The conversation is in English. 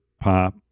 pop